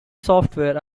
software